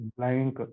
Blank